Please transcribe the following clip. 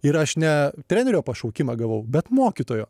ir aš ne trenerio pašaukimą gavau bet mokytojo